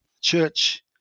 church